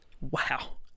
Wow